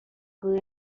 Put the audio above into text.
grew